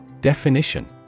Definition